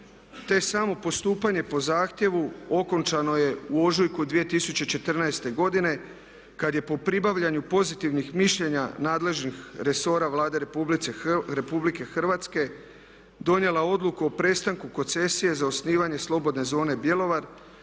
te samo postupanje po zahtjevu okončano je u ožujku 2014. godine kad je po pribavljanju pozitivnih mišljenja nadležnih resora Vlade Republike Hrvatske donijela odluku o prestanku koncesije za osnivanje slobodne zone Bjelovar